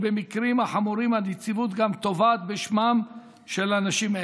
ובמקרים החמורים הנציבות גם תובעת בשמם של אנשים אלו.